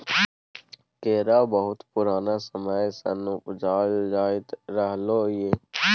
केरा बहुत पुरान समय सँ उपजाएल जाइत रहलै यै